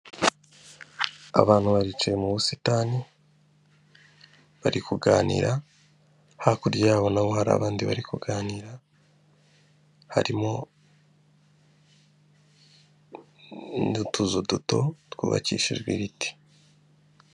Abantu baricaye mubusitani bari kuganira hakurya yabo nabo hari abandi bari kuganira harimo n'utuzu duto twubakishijwe ibiti.